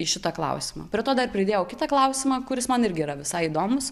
į šitą klausimą prie to dar pridėjau kitą klausimą kuris man irgi yra visai įdomus